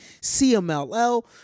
CMLL